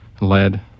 lead